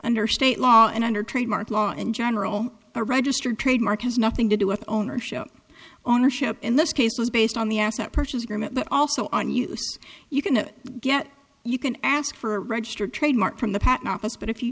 under state law and under trademark law in general a registered trademark has nothing to do with ownership ownership in this case was based on the asset purchase agreement but also on use you can it get you can ask for a registered trademark from the patent office but if you